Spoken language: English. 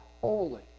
holy